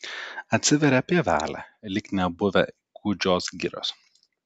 atsiveria pievelė lyg nebuvę gūdžios girios